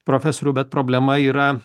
profesoriau bet problema yra